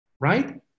right